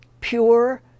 pure